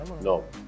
No